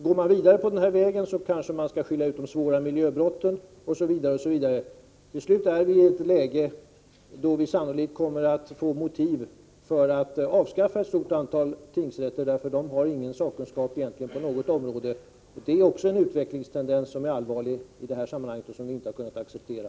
Går man vidare på denna väg kanske man så småningom skall skilja ut de svåra miljöbrotten osv. Till slut är vi i ett läge då vi sannolikt kommer att få motiv för att avskaffa ett stort antal tingsrätter, därför att de inte har sakkunskap på egentligen något område. Det är en utvecklingstendens som också är allvarlig i detta sammanhang och som vi inte har kunnat acceptera.